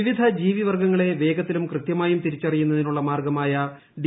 വിവിധ ജീവി വർഗങ്ങളെ വേഗത്തിലും കൃത്യമായും തിരിച്ചറിയുന്നതിനുള്ള മാർഗ്ഗമായ ഡി